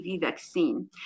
vaccine